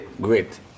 Great